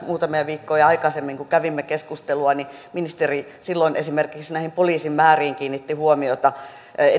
muutamia viikkoja aikaisemmin kun kävimme keskustelua ministeri silloin esimerkiksi näihin poliisin määriin kiinnitti huomiota